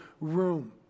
room